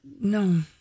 No